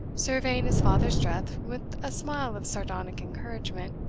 surveying his father's dress with a smile of sardonic encouragement.